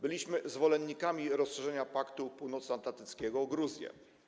Byliśmy zwolennikami rozszerzenia Paktu Północnoatlantyckiego o Gruzję.